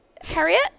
Harriet